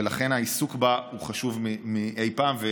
ולכן העיסוק בה הוא חשוב מאי פעם.